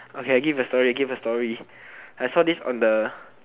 okay I give a story give a story I saw this one the